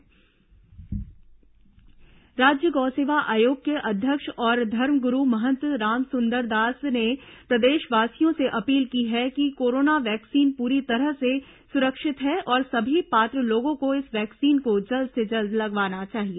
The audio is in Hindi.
टीकाकरण अपील राज्य गौसेवा आयोग के अध्यक्ष और धर्मगुरू महंत रामसुंदर दास ने प्रदेशवासियों से अपील की है कि कोरोना वैक्सीन पूरी तरह से सुरक्षित है और सभी पात्र लोगों को इस वैक्सीन को जल्द से जल्द लगवाना चाहिए